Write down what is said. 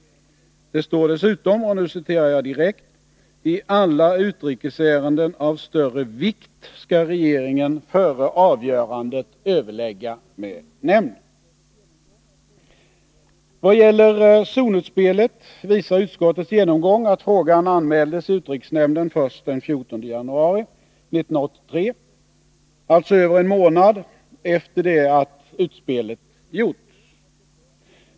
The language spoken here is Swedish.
Det står dessutom: ”TI alla utrikesärenden av större vikt skall regeringen före avgörandet överlägga med nämnden, om det kan ske.” Beträffande zonutspelet visar utskottets genomgång att frågan anmäldes i utrikesnämnden först den 14 januari 1983, alltså över en månad efter det att utspelet gjorts.